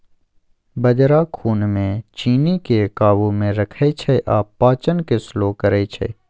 बजरा खुन मे चीन्नीकेँ काबू मे रखै छै आ पाचन केँ स्लो करय छै